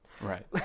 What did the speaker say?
right